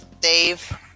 Dave